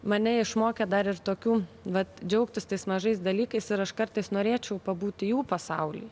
mane išmokė dar ir tokių vat džiaugtis tais mažais dalykais ir aš kartais norėčiau pabūti jų pasauly